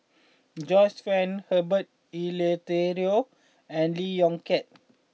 Joyce Fan Herbert Eleuterio and Lee Yong Kiat